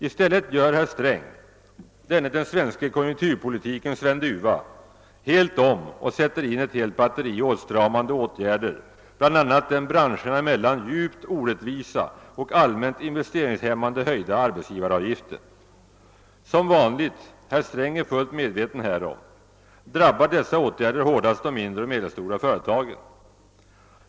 I stället gör herr Sträng, denne den svenska konjunkturpolitikens Sven Duva, helt om och sätter in ett helt batteri åtstramande åtgärder, bl.a. den branscherna emellan djupt orättvisa och allmänt investerings hämmande höjda arbetsgivaravgiften. Som vanligt — herr Sträng är fullt medveten härom — drabbar dessa åtgärder hårdast de mindre och medelstora företagen.